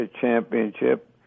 championship